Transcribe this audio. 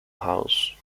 house